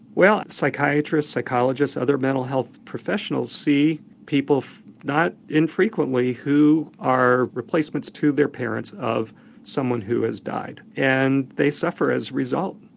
well psychiatrists, psychologists other mental health professionals see people not infrequently who are replacements to their parents of someone who has died. and they suffer as a result.